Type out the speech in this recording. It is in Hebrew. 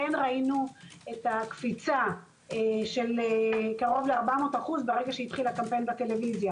כן ראינו את הקפיצה של קרוב ל-400% כשהתחיל הקמפיין בטלוויזיה